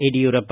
Yediyurappa